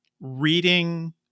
reading